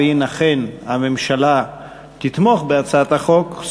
ואם אכן הממשלה תתמוך בהצעת החוק,